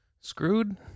Screwed